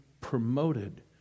promoted